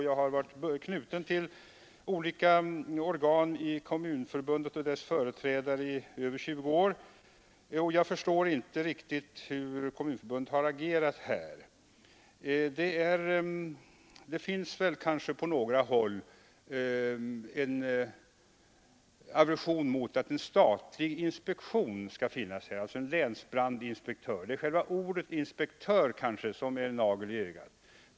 Jag har varit knuten till olika organ inom Kommunförbundet och dess företrädare i över tjugo år. Jag förstår inte riktigt hur Kommunförbundet har agerat här. Det finns kanske på några håll aversion mot att en statlig inspektion skall finnas, alltså en länsbrandinspektör. Det är kanske själva ordet inspektör som är en nagel i ögat.